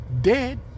dead